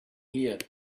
here